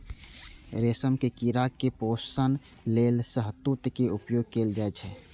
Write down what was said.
रेशम के कीड़ा के पोषण लेल शहतूत के उपयोग कैल जाइ छै